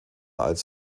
als